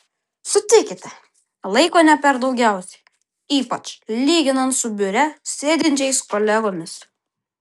sutikite laiko ne per daugiausiai ypač lyginant su biure sėdinčiais kolegomis